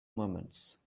moments